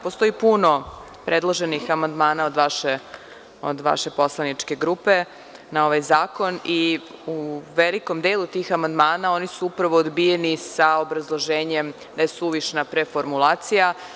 Postoji puno predloženih amandmana od vaše poslaničke grupe na ovaj zakon i u velikom delu tih amandmana oni su upravo odbijeni sa obrazloženjem da je suvišna preformulacija.